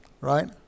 Right